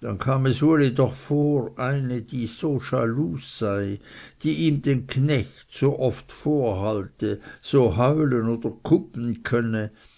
dann kam es uli doch vor eine die so schalus sei die ihm den knecht so oft vorhalte so heulen oder kupen könne